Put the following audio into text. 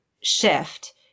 shift